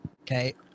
okay